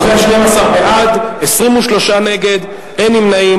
ובכן, 12 בעד, 23 נגד, אין נמנעים.